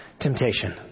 temptation